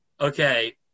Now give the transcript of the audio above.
okay